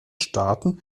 staaten